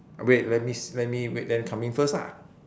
wait let me s~ let me wait them come in first ah